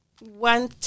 one